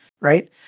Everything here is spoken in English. right